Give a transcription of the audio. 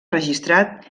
registrat